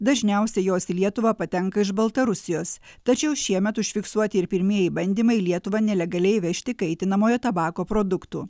dažniausiai jos į lietuvą patenka iš baltarusijos tačiau šiemet užfiksuoti ir pirmieji bandymai į lietuvą nelegaliai įvežti kaitinamojo tabako produktų